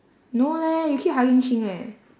no leh you keep hurrying ching leh